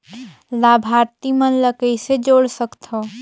लाभार्थी मन ल कइसे जोड़ सकथव?